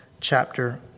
chapter